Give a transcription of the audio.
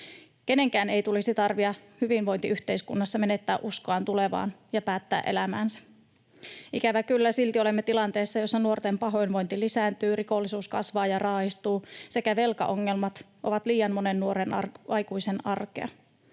Kenenkään ei tulisi tarvita hyvinvointiyhteiskunnassa menettää uskoaan tulevaan ja päättää elämäänsä. Ikävä kyllä, silti olemme tilanteessa, jossa nuorten pahoinvointi lisääntyy, rikollisuus kasvaa ja raaistuu sekä velkaongelmat ovat liian monen nuoren aikuisen arkea.